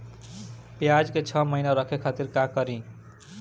प्याज के छह महीना रखे खातिर का करी?